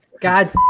god